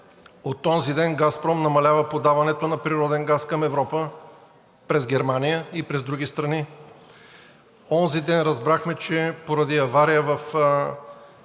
от онзи ден „Газпром“ намалява подаването на природен газ към Европа през Германия и през други страни. Онзи ден разбрахме, че поради авария в един